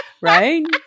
right